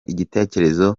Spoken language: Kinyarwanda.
igitekerezo